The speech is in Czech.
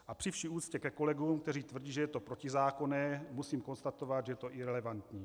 A při vší úctě ke kolegům, kteří tvrdí, že je to protizákonné, musím konstatovat, že je to irelevantní.